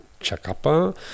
Chacapa